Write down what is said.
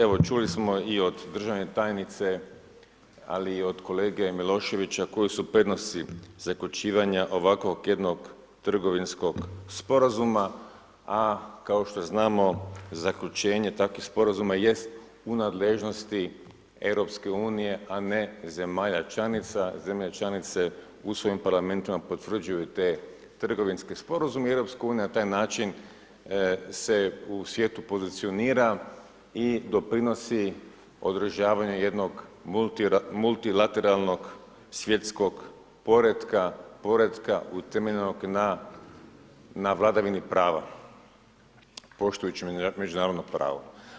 Evo čuli smo i od državne tajnice ali od kolege Miloševića koje su prednosti zaključivanja ovakvog jednog trgovinskog sporazuma a kao što znamo, zaključenje takvih sporazuma jest u nadležnosti EU-a ne zemalja članica, zemlje članice u svojim parlamentima potvrđuju te trgovinske sporazume i EU na taj način se u svijetu pozicionira i doprinosi održavanju jednog multilateralnog svjetskog poretka, poretka utemeljenog na vladavini prava poštujući međunarodno pravo.